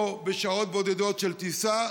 או בשעות בודדות של טיסה,